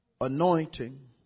anointing